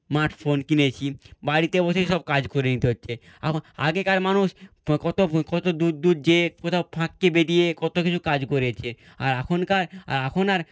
smart phone কিনেছি বাড়িতে বসেই সব কাজ করে নিতে হচ্ছে এখন আগেকার মানুষ কত কত দূর দূর যেয়ে কোথাও ফাঁককে বেরিয়ে কত কিছু কাজ করেছে আর এখনকার আর এখন আর